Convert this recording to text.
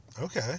Okay